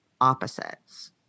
opposites